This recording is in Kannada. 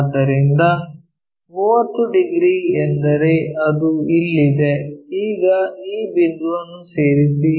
ಆದ್ದರಿಂದ 30 ಡಿಗ್ರಿ ಎಂದರೆ ಅದು ಇಲ್ಲಿದೆ ಈಗ ಈ ಬಿಂದುವನ್ನು ಸೇರಿಸಿ